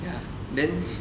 ya then